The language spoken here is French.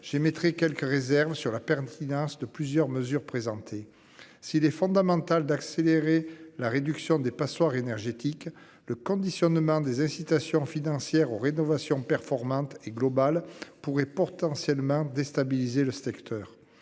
j'émettrai quelques réserves sur la pertinence de plusieurs mesures présentées s'il est fondamental d'accélérer la réduction des passoires énergétiques le conditionnement des incitations financières aux rénovations performantes et global pourrait potentiellement déstabiliser le secteur.